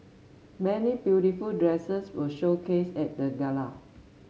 many beautiful dresses were showcased at the gala